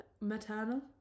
maternal